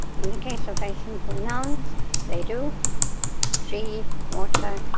in the case so very simple nouns they do tree, water,